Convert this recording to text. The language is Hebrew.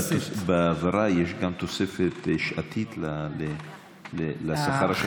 בהעברה יש גם תוספת שעתית לשכר של הנהגים?